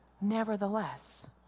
Nevertheless